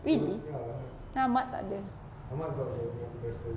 really then ahmad takde